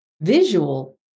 visual